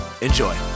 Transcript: Enjoy